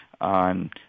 on